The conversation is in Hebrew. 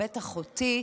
בטח אותי,